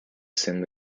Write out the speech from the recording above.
soon